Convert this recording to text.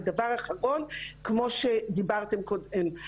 ודבר אחרון כמו שדיברתם קודם,